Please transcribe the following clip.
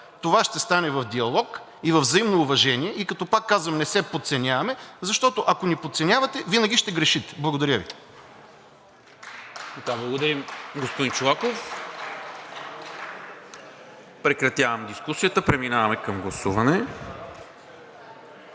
Това ще стане в диалог и във взаимно уважение, и като, пак казвам, не се подценяваме, защото, ако ни подценявате, винаги ще грешите. Благодаря Ви. ПРЕДСЕДАТЕЛ НИКОЛА МИНЧЕВ: Благодаря, господин Чолаков. Прекратявам дискусията. Преминаваме към гласуване.